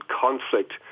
conflict